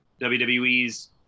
WWE's